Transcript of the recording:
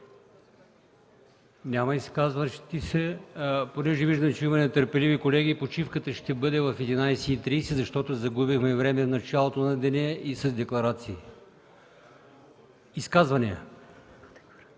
виждам, че има нетърпеливи колеги почивката ще бъде в 11,30 ч., защото загубихме време в началото на деня и с декларации. Гласуваме